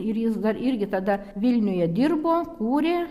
ir jis dar irgi tada vilniuje dirbo kūrė